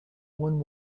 one